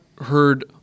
heard